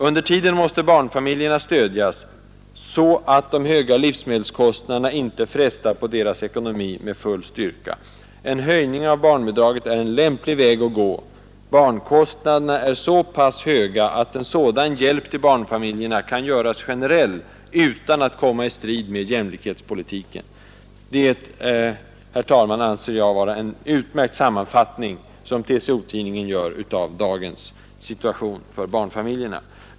”Under tiden måste barnfamiljerna stödjas, så att de höga livsmedelspriserna inte frestar på deras ekonomi med full styrka. En höjning av barnbidraget är en lämplig väg att gå. Barnkostnaderna är så pass höga att en sådan hjälp till barnfamiljerna kan göras generell utan att komma i strid med jämlikhetspolitiken.” Herr talman! Jag anser att TCO-tidningen därmed gör en utmärkt sammanfattning av dagens situation för barnfamiljerna.